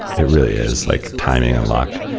it really is like timing and luck.